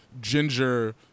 ginger